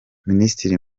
minisitiri